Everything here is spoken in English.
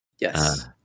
yes